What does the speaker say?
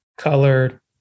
color